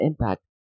impact